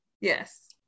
yes